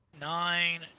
nine